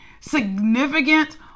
significant